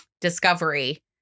discovery